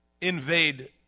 invade